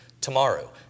Tomorrow